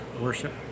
worship